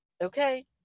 okay